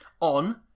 On